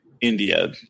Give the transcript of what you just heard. India